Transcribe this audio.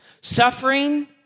Suffering